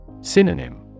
Synonym